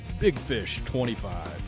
BIGFISH25